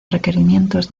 requerimientos